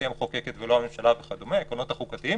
היא המחוקקת וכדומה העקרונות החוקתיים